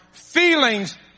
Feelings